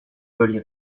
veulent